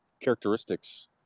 characteristics